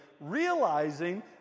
realizing